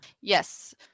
Yes